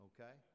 Okay